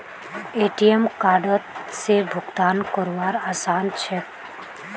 ATM कार्डओत से भुगतान करवार आसान ह छेक